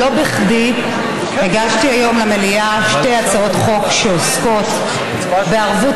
לא בכדי הגשתי היום למליאה שתי הצעות חוק שעוסקות בערבות